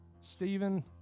Stephen